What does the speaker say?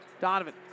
Donovan